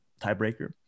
tiebreaker